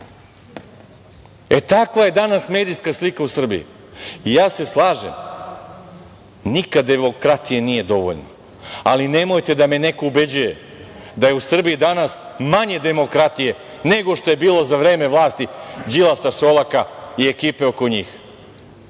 E, takva je danas medijska slika u Srbiji.I, ja se slažem, nikada demokratije nije dovoljno, ali nemojte da me neko ubeđuje da je u Srbiji danas manje demokratije nego što je bilo za vreme vlasti Đilasa, Šolaka i ekipe oko njih.